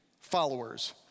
followers